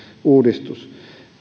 uudistus